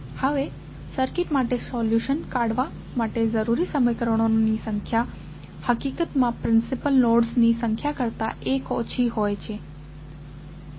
હવે સર્કિટ માટે સોલ્યુશન કાઢવા માટે જરૂરી સમીકરણોની સંખ્યા હકીકતમાં હંમેશાં પ્રિન્સિપલ નોડ્સની સંખ્યા કરતા 1 ઓછી હોય છે